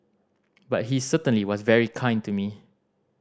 but he certainly was very kind to me